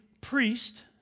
priest